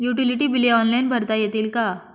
Utility बिले online भरता येतील का?